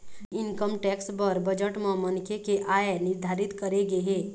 income tax बर budget म मनखे के आय निरधारित करे गे हे